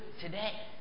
today